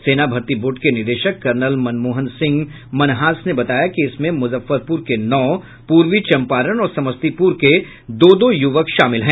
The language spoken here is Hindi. सेना भर्ती बोर्ड के निदेशक कर्नल मनमोहन सिंह मनहास ने बताया कि इसमें मुजफ्फरपुर के नौ पूर्वी चंपारण और समस्तीपुर के दो दो युवक शामिल हैं